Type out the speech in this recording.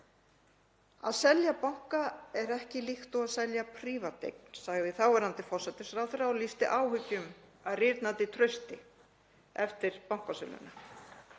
Að selja banka er ekki líkt og að selja prívateign, sagði þáverandi forsætisráðherra, og lýsti áhyggjum af rýrnandi trausti eftir bankasöluna.